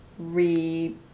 Re